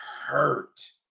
hurt